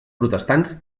protestants